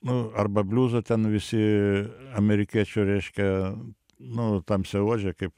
nu arba bliuzo ten visi amerikiečių reiškia nu tamsiaodžiai kaip